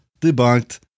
Debunked